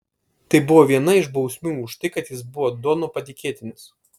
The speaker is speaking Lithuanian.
tai buvo viena iš bausmių už tai kad jis buvo dono patikėtinis